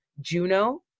juno